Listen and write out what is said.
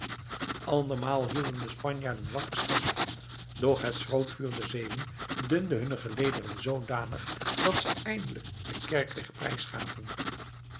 andermaal hielden de spanjaarden wakker stand doch het schrootvuur der zeeuwen dunde hunne gelederen zoodanig dat ze eindelijk den kerkweg